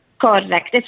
Correct